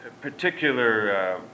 particular